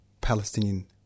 Palestinian